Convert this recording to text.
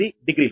8 degree